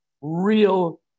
real